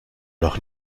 noch